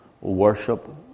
worship